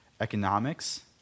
economics